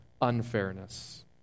unfairness